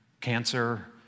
cancer